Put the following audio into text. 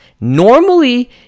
normally